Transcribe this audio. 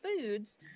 foods